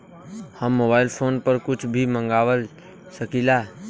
हम mobile phone पर कुछ भी मंगवा सकिला?